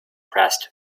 pressed